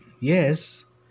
Yes